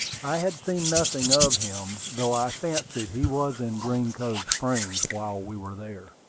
i had seen nothing of him, though i fancied he was in green cove springs while we were there.